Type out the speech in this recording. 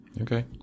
okay